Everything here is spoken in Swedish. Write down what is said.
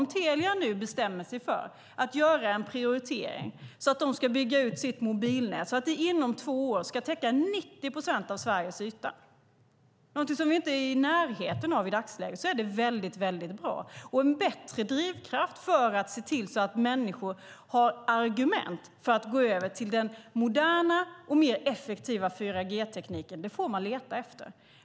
Om Telia nu bestämmer sig för att göra en prioritering och bygga ut sitt mobilnät så att det inom två år ska täcka 90 procent av Sveriges yta - någonting som vi inte är i närheten av i dagsläget - är det mycket bra. En bättre drivkraft för att människor ska ha argument för att gå över till den moderna och mer effektiva 4G-tekniken får man leta efter.